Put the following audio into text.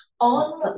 On